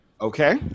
Okay